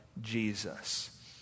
Jesus